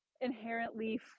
inherently